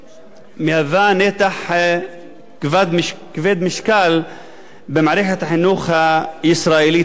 מהווה נתח כבד משקל במערכת החינוך הישראלית בכלל,